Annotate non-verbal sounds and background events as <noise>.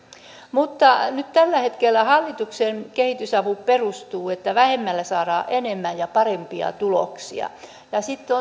mutta nyt tällä hetkellä hallituksen kehitysapu perustuu siihen että vähemmällä saadaan enemmän ja parempia tuloksia sitten <unintelligible>